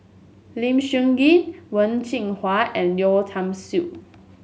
Lim Sun Gee Wen Jinhua and Yeo Tiam Siew